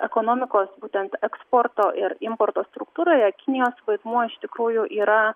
ekonomikos būtent eksporto ir importo struktūroje kinijos vaidmuo iš tikrųjų yra